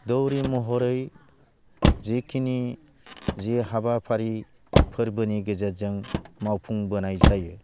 दौरि महरै जेखिनि जि हाबाफारि फोरबोनि गेजेरजों मावफुंबोनाय जायो